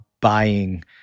buying